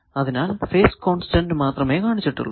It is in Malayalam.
അതിനാൽ ഫേസ് കോൺസ്റ്റന്റ് മാത്രമേ കാണിച്ചിട്ടുള്ളൂ